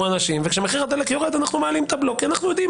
אנשים; וכשמחיר הדלק יורד אנחנו מעלים את הבלו כי אנחנו יודעים